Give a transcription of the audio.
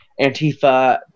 Antifa